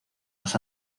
más